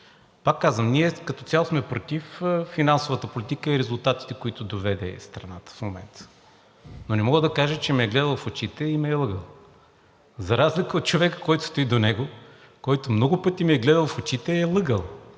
Пак казвам, ние като цяло сме против финансовата политика и резултатите, до които тя доведе страната в момента. Но не мога да кажа, че ме е гледал в очите и ме е лъгал, за разлика от човека, който стои до него, който много пъти ме е гледал в очите и е лъгал.